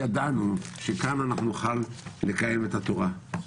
ידענו שכאן נוכל לקיים את התורה,